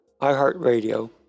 iHeartRadio